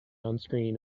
onscreen